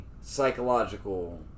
psychological